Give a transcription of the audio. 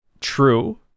true